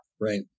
Right